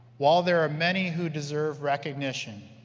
while there are many who deserve recognition,